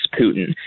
Putin